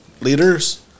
leaders